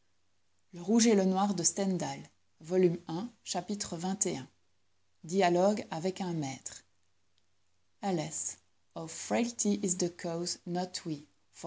chapitre xxi dialogue avec un maître